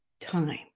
time